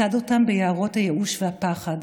צד אותם ביערות הייאוש והפחד,